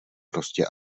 prostě